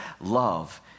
love